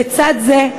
לצד זה,